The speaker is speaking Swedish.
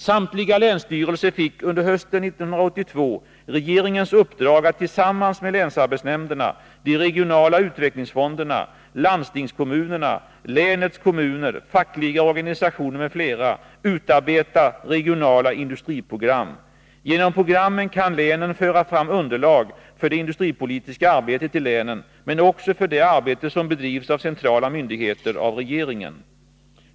Samtliga länsstyrelser fick under hösten 1982 regeringens uppdrag att tillsammans med länsarbetsnämnderna, de regionala utvecklingsfonderna, landstingskommunerna, länets kommuner, fackliga organisationer m.fl. utarbeta regionala industriprogram. Genom programmen kan länen föra fram underlag för det industripolitiska arbetet i länen men också för det arbete som bedrivs av centrala myndigheter och av regeringen.